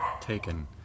taken